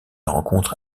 rencontre